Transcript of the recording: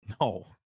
no